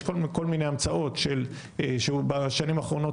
יש כל מיני המצאות שעלו בשנים האחרונות,